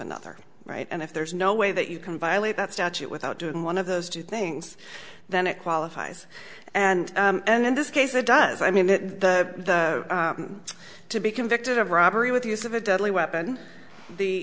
another right and if there's no way that you can violate that statute without doing one of those two things then it qualifies and and in this case it does i mean the to be convicted of robbery with use of a deadly weapon the